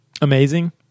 Amazing